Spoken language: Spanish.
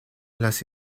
las